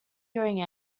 hearing